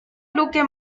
luque